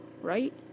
right